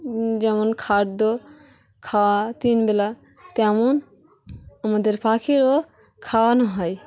যেমন খাদ্য খাওয়া তিনবেলা তেমন আমাদের পাখিরও খাওয়ানো হয়